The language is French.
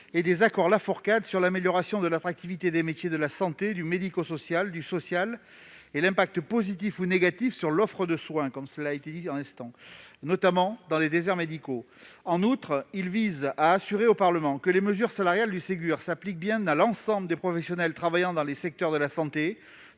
et des accords Laforcade sur l'amélioration de l'attractivité des métiers de la santé, du secteur médico-social et social, ainsi que les conséquences, positives ou négatives, sur l'offre de soins- cela vient d'être évoqué -, notamment dans les déserts médicaux. En outre, il tend à assurer au Parlement que les mesures salariales du Ségur s'appliquent bien à l'ensemble des professionnels travaillant dans les secteurs de la santé,